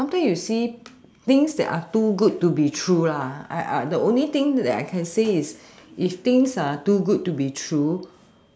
sometimes you see things that are too good to be true lah the only thing that I can say is if things are too good to be true